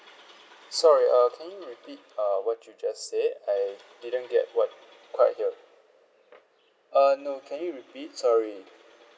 sorry uh can you repeat err what you just said I didn't get what quite hear uh no can you repeat sorry